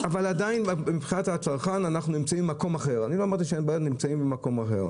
אבל עדיין מבחינת הצרכן אנחנו נמצאים במקום אחר.